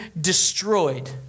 destroyed